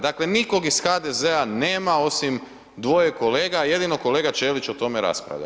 Dakle, nikog iz HDZ-a nema osim dvoje kolega, jedino kolega Ćelić o tome raspravlja.